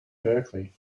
berkeley